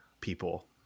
people